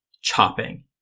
chopping